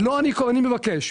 אני מבקש.